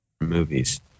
movies